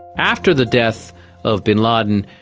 after the death of bin laden,